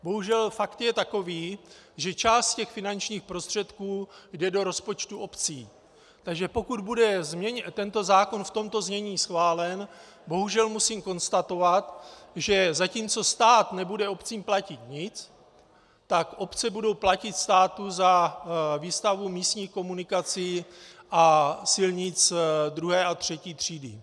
Bohužel fakt je takový, že část finančních prostředků jde do rozpočtu obcí, takže pokud bude tento zákon v tomto znění schválen, bohužel musím konstatovat, že zatímco stát nebude obcím platit nic, tak obce budou platit státu za výstavbu místních komunikací a silnic II. a III. třídy.